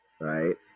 right